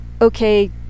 okay